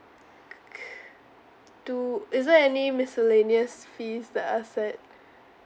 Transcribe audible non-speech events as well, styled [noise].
[noise] do is there any miscellaneous fees that are said